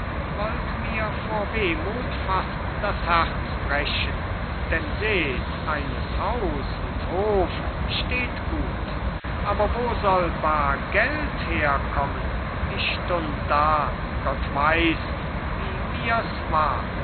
wollt mir vor wehmut fast das herz brechen denn seht eines haus und hof steht gut aber wo soll bar geld herkommen ich stund da gott weiß wie mir's war